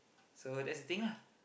so that's the thing lah